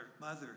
mother